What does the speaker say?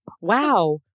wow